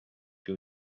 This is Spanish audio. que